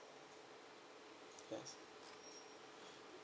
yes